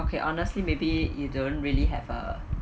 okay honestly maybe you don't really have a